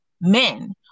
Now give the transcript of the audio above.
men